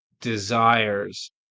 desires